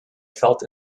felt